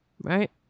Right